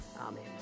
Amen